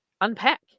unpack